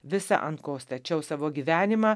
visa ant ko stačiau savo gyvenimą